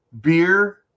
beer